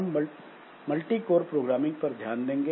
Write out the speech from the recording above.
इसके बाद हम मल्टीकोर प्रोग्रामिंग पर ध्यान देंगे